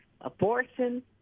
abortion